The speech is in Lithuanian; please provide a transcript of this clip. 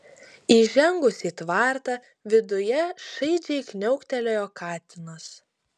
įžengus į tvartą viduje šaižiai kniauktelėjo katinas